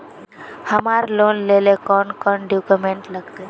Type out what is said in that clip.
हमरा लोन लेले कौन कौन डॉक्यूमेंट लगते?